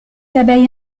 abeilles